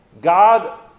God